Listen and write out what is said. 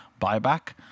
buyback